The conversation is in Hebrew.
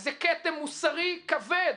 זה כתם מוסרי כבד